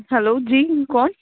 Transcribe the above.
hello جی کون